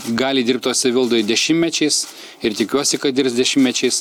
gali dirbt toj savivaldoj dešimtmečiais ir tikiuosi kad dirbs dešimtmečiais